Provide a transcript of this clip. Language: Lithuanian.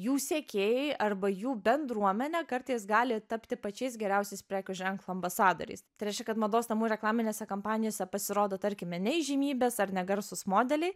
jų siekėjai arba jų bendruomene kartais gali tapti pačiais geriausiais prekių ženklo ambasadoriais tai reiškia kad mados namų reklaminėse kampanijose pasirodo tarkime ne įžymybės ar ne garsūs modeliai